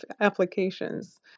applications